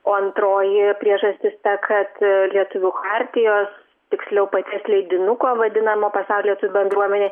o antroji priežastis ta kad lietuvių chartijos tiksliau paties leidinuko vadinamo pasaulio lietuvių bendruomenė